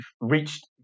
reached